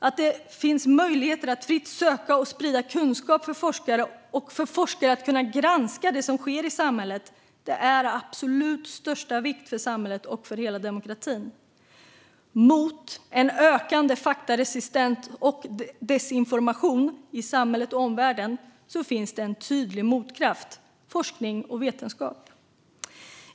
Att det finns möjligheter att fritt söka och sprida kunskap och för forskare att granska det som sker i samhället är av absolut största vikt för samhället och för hela demokratin. Mot en ökande faktaresistens och desinformation i samhället och omvärlden finns en tydlig motkraft: forskning och vetenskap.